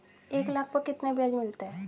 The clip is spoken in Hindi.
एक लाख पर कितना ब्याज मिलता है?